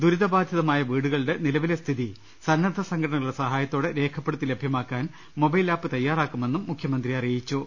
ദുരിതബാ ധിതമായ വീടുകളുടെ നിലവിലെ സ്ഥിതി സന്നദ്ധ സംഘടനകളുടെ സഹായത്തോടെ രേഖപ്പെടുത്തി ലഭ്യമാക്കാൻ മൊബൈൽആപ്പ് തയാറാക്കുമെന്നും മുഖ്യമന്ത്രി അറിയിച്ചു